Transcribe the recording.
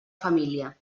família